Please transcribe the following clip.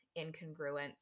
incongruence